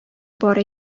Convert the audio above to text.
бар